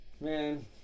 Man